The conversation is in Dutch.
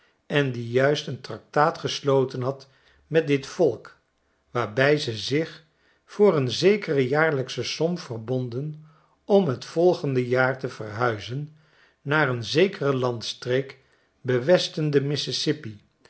en die juist een tractraat gesloten had met dit volk waarbij ze zich voor een zekere jaarlijksche som verbonden om het volgende jaar te verhuizen naar een zekere landstreek bewesten